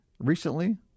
recently